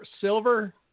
silver